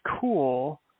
cool